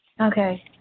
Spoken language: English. Okay